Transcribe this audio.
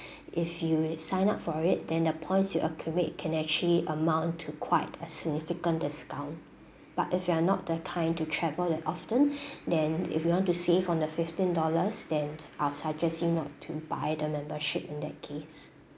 if you sign up for it then the points you accumulate can actually amount to quite a significant discount but if you are not the kind to travel that often then if you want to save on the fifteen dollars then I'll suggesting you not to buy the membership in that case